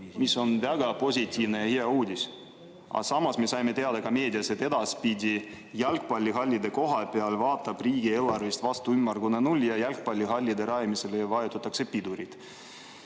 mis on väga positiivne ja hea uudis. Aga samas me saime teada ka meediast, et edaspidi jalgpallihallide koha peal vaatab riigieelarvest vastu ümmargune null ja jalgpallihallide rajamisele vajutatakse pidurit.